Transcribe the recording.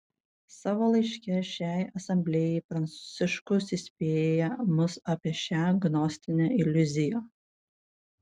savo laiške šiai asamblėjai pranciškus įspėja mus apie šią gnostinę iliuziją